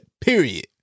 Period